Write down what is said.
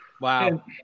wow